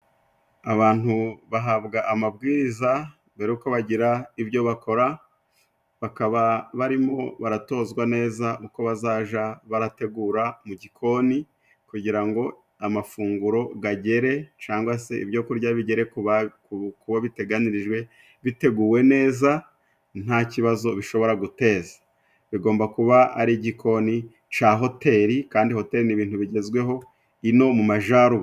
Abantu bahabwa amabwiriza mbere y'uko bagira ibyo bakora. Bakaba barimo baratozwa neza uko bazaja barategura mu gikoni kugira ngo amafunguro gagere cangwa se ibyo kurya bigere ku wo biteganirijwe biteguwe neza nta kibazo bishobora guteza. Bigomba kuba ari igikoni ca hoteri, kandi hoteri ni ibintu bigezweho ino mu majaruguru.